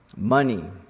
Money